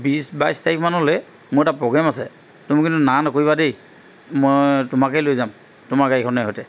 বিছ বাইছ তাৰিখমানলৈ মোৰ এটা প্ৰগ্ৰাম আছে তুমি কিন্তু না নকৰিবা দেই মই তোমাকেই লৈ যাম তোমাৰ গাড়ীখনৰ সৈতে